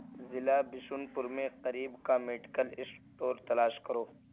ضلع بشن پور میں قریب کا میڈیکل اسٹور تلاش کرو